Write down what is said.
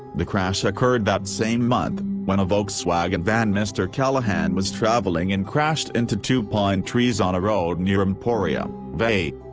the crash occurred that same month, when a volkswagen van mr. callahan was traveling in crashed into two pine trees on a road near emporia, va.